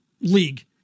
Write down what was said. league